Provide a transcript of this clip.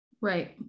Right